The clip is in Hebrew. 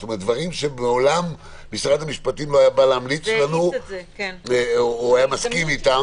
דברים שמעולם משרד המשפטים לא היה ממליץ לנו או היה מסכים איתם.